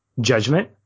judgment